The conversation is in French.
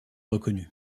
reconnu